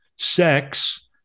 sex